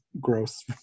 gross